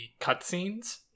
cutscenes